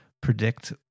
predict